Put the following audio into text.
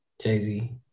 Jay-Z